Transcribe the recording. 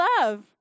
love